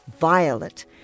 violet